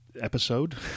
episode